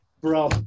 bro